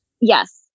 Yes